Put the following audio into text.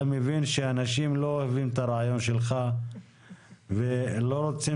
אתה מכין שאנשים לא אוהבים את הרעיון שלך ולא רוצים